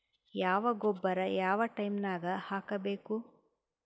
ಯಾವ ಗೊಬ್ಬರ ಯಾವ ಟೈಮ್ ನಾಗ ಹಾಕಬೇಕು?